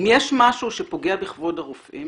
אם יש משהו שפוגע בכבוד הרופאים